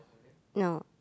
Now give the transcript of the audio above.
no